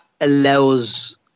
allows